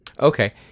Okay